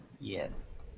yes